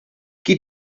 qui